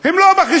הם לא בחשבון,